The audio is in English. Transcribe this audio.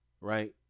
Right